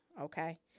okay